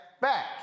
back